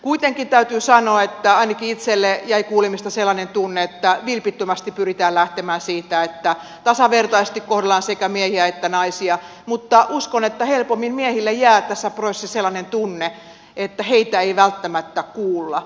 kuitenkin täytyy sanoa että ainakin itselleni jäi kuulemisesta sellainen tunne että vilpittömästi pyritään lähtemään siitä että tasavertaisesti kohdellaan sekä miehiä että naisia mutta uskon että helpommin miehille jää tässä prosessissa sellainen tunne että heitä ei välttämättä kuulla